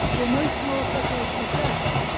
the emotional psychological depth,